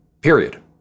period